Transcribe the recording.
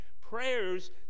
prayers